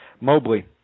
Mobley